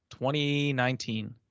2019